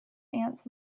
ants